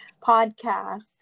podcast